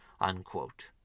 unquote